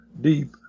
deep